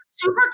super